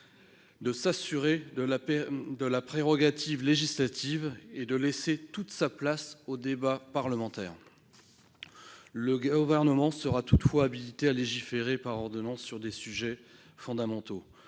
il conserve la prérogative législative et s'assure que toute sa place sera laissée au débat parlementaire. Le Gouvernement sera toutefois habilité à légiférer par ordonnance sur des sujets fondamentaux.